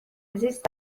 زیست